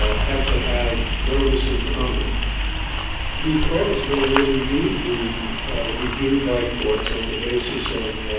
ah had to have notice and comment because they would indeed be reviewed by courts on the basis of